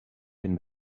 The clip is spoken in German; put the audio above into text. bin